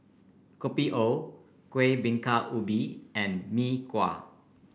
Kopi O Kueh Bingka Ubi and Mee Kuah